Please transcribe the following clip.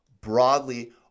broadly